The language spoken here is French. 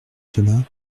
cela